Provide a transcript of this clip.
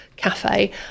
cafe